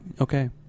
Okay